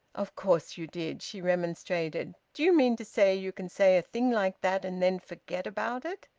of course you did! she remonstrated. do you mean to say you can say a thing like that and then forget about it?